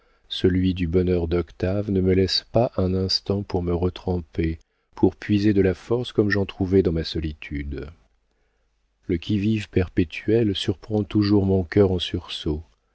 celui du bonheur d'octave ne me laissent pas un instant pour me retremper pour puiser de la force comme j'en trouvais dans ma solitude le qui-vive perpétuel surprend toujours mon cœur en sursaut